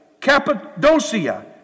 Cappadocia